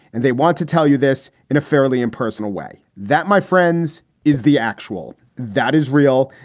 and they want to tell you this in a fairly impersonal way. that, my friends, is the actual that is real.